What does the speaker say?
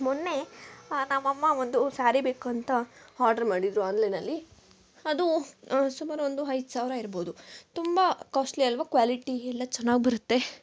ಮೊನ್ನೆ ನಮ್ಮಮ್ಮ ಒಂದು ಸ್ಯಾರಿ ಬೇಕು ಅಂತ ಹಾರ್ಡ್ರ್ ಮಾಡಿದ್ರು ಆನ್ಲೈನಲ್ಲಿ ಅದು ಸುಮಾರು ಒಂದು ಐದು ಸಾವಿರ ಇರ್ಬೋದು ತುಂಬ ಕ್ವಾಸ್ಟ್ಲಿ ಅಲ್ವ ಕ್ವಾಲಿಟಿ ಎಲ್ಲ ಚೆನ್ನಾಗಿ ಬರುತ್ತೆ